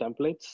templates